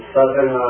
Southern